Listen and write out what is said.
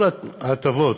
כל ההטבות,